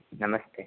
नमस्ते